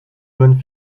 bonne